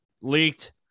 leaked